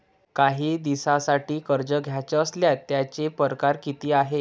कायी दिसांसाठी कर्ज घ्याचं असल्यास त्यायचे परकार किती हाय?